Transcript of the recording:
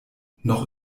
noch